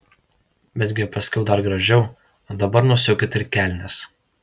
betgi paskiau dar gražiau o dabar nusiaukit ir kelnes